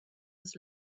was